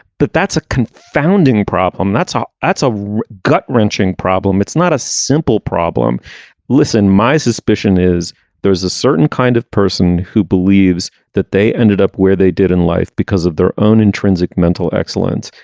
but that's a confounding problem that's. ah that's a gut wrenching problem it's not a simple problem listen my suspicion is there is a certain kind of person who believes that they ended up where they did in life because of their own intrinsic mental excellence.